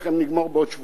נגמור בעוד שבועיים.